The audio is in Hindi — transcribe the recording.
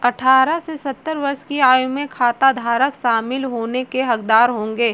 अठारह से सत्तर वर्ष की आयु के खाताधारक शामिल होने के हकदार होंगे